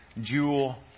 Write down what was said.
jewel